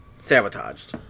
sabotaged